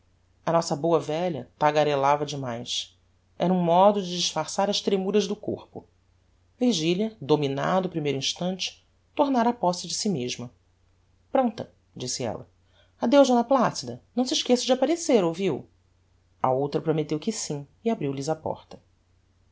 a nossa boa velha tagarellava de mais era um modo de disfarçar as tremuras do corpo virgilia dominado o primeiro instante tornára á posse de si mesma prompta disse ella adeus d placida não se esqueça de apparecer ouviu a outra prometteu que sim e abriu lhes a porta